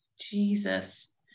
Jesus